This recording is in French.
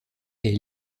est